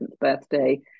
birthday